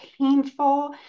painful